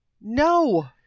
No